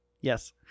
Yes